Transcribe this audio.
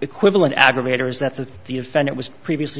equivalent aggravators that the defendant was previously